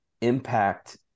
impact